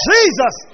Jesus